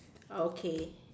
okay